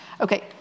Okay